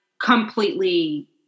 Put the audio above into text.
completely